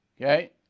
Okay